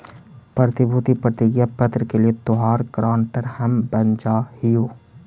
प्रतिभूति प्रतिज्ञा पत्र के लिए तोहार गारंटर हम बन जा हियो